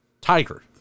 Tiger